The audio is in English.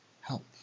help